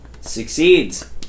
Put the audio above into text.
succeeds